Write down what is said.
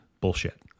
bullshit